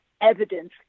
evidence